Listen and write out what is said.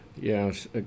yes